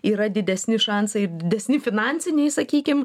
yra didesni šansai didesni finansiniai sakykim